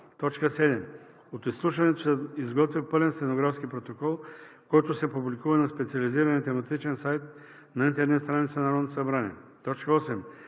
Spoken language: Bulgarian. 7. От изслушването се изготвя пълен стенографски протокол, който се публикува на специализирания тематичен сайт на интернет страницата на Народното събрание. 8.